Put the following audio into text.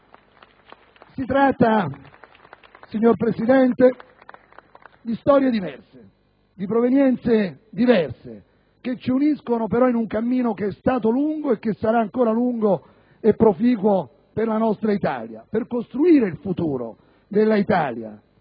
Si tratta, signor Presidente, di storie diverse, di provenienze diverse, che ci uniscono però in un cammino che è stato lungo e che sarà ancora lungo e proficuo per costruire il futuro della nostra